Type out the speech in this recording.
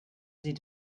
sie